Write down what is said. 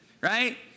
right